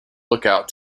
lookout